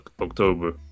october